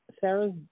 Sarah's